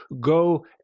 go